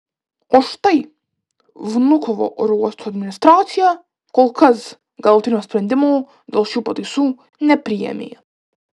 o štai vnukovo oro uosto administracija kol kas galutinio sprendimo dėl šių pataisų nepriėmė